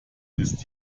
ist